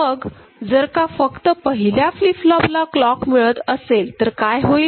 मग जर का फक्त पहिल्या फ्लीप फ्लोपला क्लॉक मिळत असेल तर काय होईल